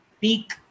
peak